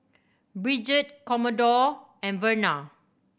Bridget Commodore and Verna